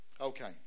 Okay